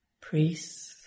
priests